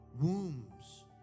wombs